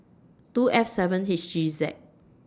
two F seven H G Z